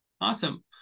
Awesome